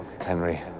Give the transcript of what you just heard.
Henry